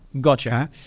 Gotcha